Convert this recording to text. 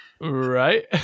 right